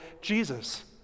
Jesus